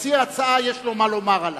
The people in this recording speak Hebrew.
מציע ההצעה יש לו מה לומר עליו.